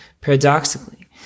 paradoxically